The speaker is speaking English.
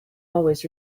always